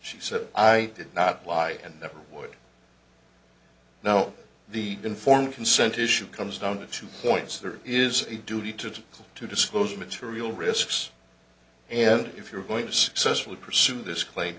she said i did not lie and never would now the informed consent issue comes down to two points there is a duty to to disclose material risks and if you're going to successfully pursue this claim